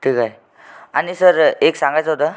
ठीक आहे आणि सर एक सांगायचं होतं